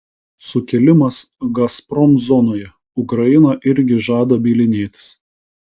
sukilimas gazprom zonoje ukraina irgi žada bylinėtis